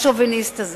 השוביניסט הזה.